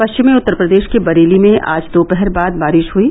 पष्चिमी उत्तर प्रदेष के बरेली में आज दोपहर बाद बारिष हुयी